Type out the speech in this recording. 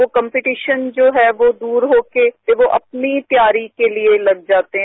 वो कम्पीटिशन जो है यो दूर होकर अपनी तैयारी के लिए लग जाते हैं